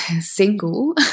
single